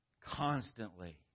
Constantly